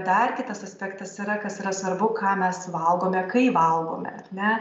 dar kitas aspektas yra kas yra svarbu ką mes valgome kai valgome ar ne